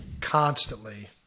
constantly